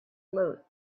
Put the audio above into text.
float